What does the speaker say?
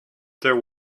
there